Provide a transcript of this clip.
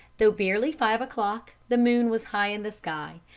though barely five o'clock, the moon was high in the sky,